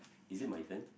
is it my turn